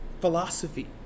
philosophy